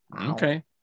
Okay